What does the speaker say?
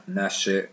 nasce